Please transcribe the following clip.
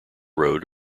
road